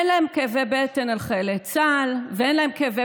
אין להם כאבי בטן על חיילי צה"ל ואין להם כאבי